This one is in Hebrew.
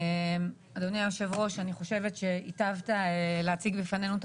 אדוני היושב ראש אני חושבת שהטבת להציג בפנינו את